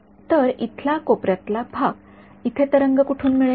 तर इथला कोपऱ्यातील भाग इथे तरंग कुठून मिळेल